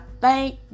thank